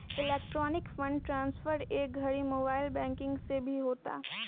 electronic fund transfer ए घड़ी mobile banking से भी होता